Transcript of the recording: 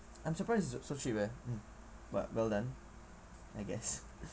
I'm surprised it's so so cheap leh but well done I guess